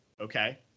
okay